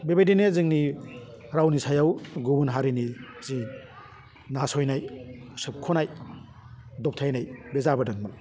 बेबायदिनो जोंनि रावनि सायाव गुबुन हारिनि जे नासयनाय सोबख'नाय दबथायनाय बे जाबोदों